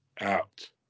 out